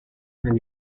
and